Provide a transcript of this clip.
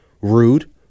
rude